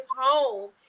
home